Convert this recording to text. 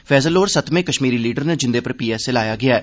फैसल होर सतमें कश्मीरी लीडर न जिन्दे पर पीएसए लाया गेआ ऐ